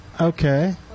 Okay